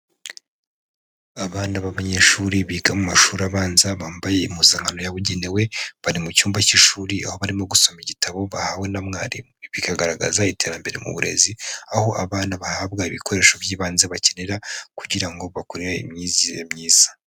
Abana b'abanyeshuri biga mu mashuri abanza, bambaye impuzankano yabugenewe, bari mu cyumba cy'ishuri aho barimo gusoma igitabo bahawe na mwarimu, bikagaragaza iterambere mu burezi, aho abana bahabwa ibikoresho by'ibanze bakenera, kugira ngo bakorere imyizire myiza.